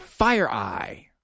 FireEye